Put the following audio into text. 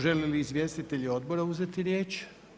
Želi li izvjestitelj odbora uzeti riječ?